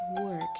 work